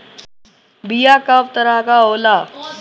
बीया कव तरह क होला?